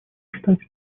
считать